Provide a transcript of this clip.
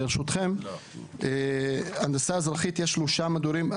ברשותכם: בהנדסה אזרחית יש שלושה מדורים.